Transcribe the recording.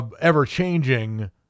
ever-changing